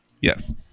Yes